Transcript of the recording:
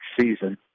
season